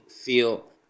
Feel